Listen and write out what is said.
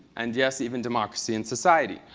and, yes, even democracy in society.